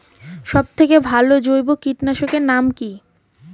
সব থেকে ভালো জৈব কীটনাশক এর নাম কি?